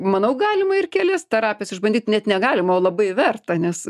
manau galima ir kelis terapijas išbandyt net negalima o labai verta nes